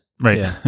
right